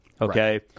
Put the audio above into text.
okay